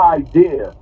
idea